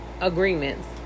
agreements